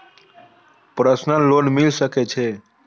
Personal loan मिल सके छे?